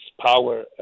power